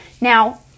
Now